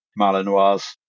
Malinois